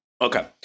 Okay